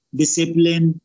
discipline